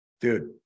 dude